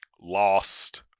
lost